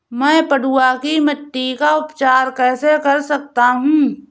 मैं पडुआ की मिट्टी का उपचार कैसे कर सकता हूँ?